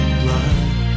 blood